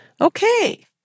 Okay